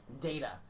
data